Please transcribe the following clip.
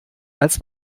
als